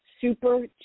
Super